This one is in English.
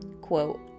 Quote